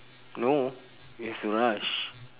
no you have to rush